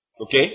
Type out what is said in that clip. Okay